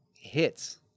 hits